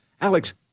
Alex